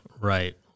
Right